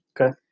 okay